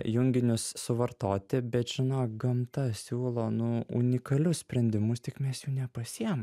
junginius suvartoti bet žinok gamta siūlo nu unikalius sprendimus tik mes jų nepasiem